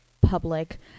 Public